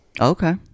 okay